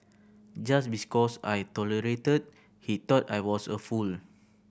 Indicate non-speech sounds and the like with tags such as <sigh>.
just <unintelligible> cause I tolerated he thought I was a fool